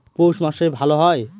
পৌষ মাসে ভালো হয়?